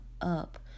up